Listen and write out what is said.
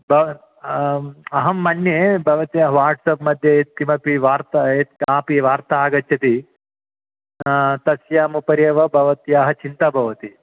ब अहं मन्ये भवत्याः वाट्साप् मध्ये यद् किमपि वार्ता यद् कापि वार्ता आगच्छति तस्याम् उपरि एव भवत्याः चिन्ता भवति